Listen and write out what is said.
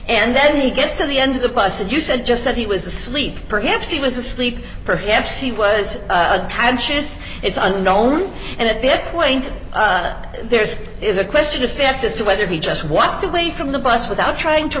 and then he gets to the end of the bus and you said just that he was asleep perhaps he was asleep perhaps he was conscious it's unknown and at this point there's is a question of fact as to whether he just walked away from the bus without trying to